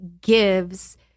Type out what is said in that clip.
gives